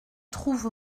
trouve